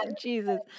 Jesus